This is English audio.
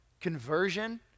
Conversion